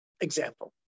Example